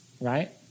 right